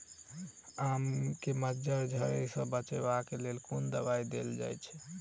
आम केँ मंजर झरके सऽ बचाब केँ लेल केँ कुन दवाई देल जाएँ छैय?